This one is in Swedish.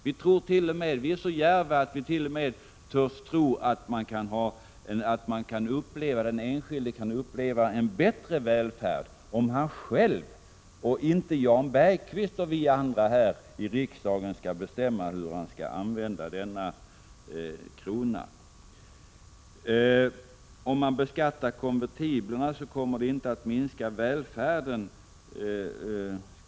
Vi är t.o.m. så djärva att vi törs tro att den enskilde kan få en bättre välfärd om han själv, inte Jan Bergqvist och andra här i riksdagen, bestämmer om hur han skall använda denna krona. Jag skulle här ha sagt att en beskattning av konvertibler inte kommer att minska välfärden.